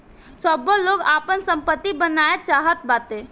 सबै लोग आपन सम्पत्ति बनाए चाहत बाटे